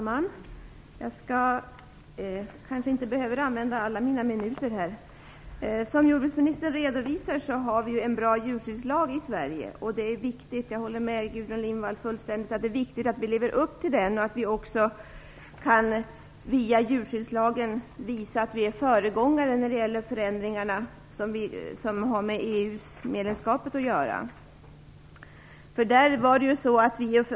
Fru talman! Jag kanske inte behöver använda alla mina minuter. Som jordbruksministern redovisar har vi en bra djurskyddslag i Sverige. Jag håller fullständigt med Gudrun Lindvall om att det är viktigt att vi lever upp till den och att vi också via djurskyddslagen kan visa att vi är föregångare när det gäller förändringar som har med EU-medlemskapet att göra.